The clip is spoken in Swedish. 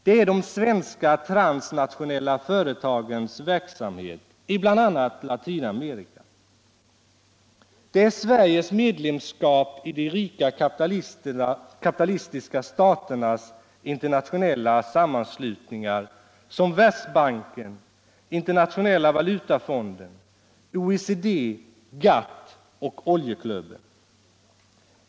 Det är de svenska transnationella företagens verksamhet i bl.a. Latinamerika. Det är Sveriges medlemskap i de rika kapitalistiska staternas internationella sammanslutningar som Världsbanken, Internationella valutafonden, OECD, GATT och oljeklubben.